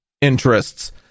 interests